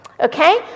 okay